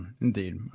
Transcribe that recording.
Indeed